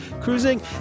cruising